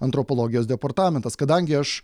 antropologijos departamentas kadangi aš